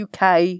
UK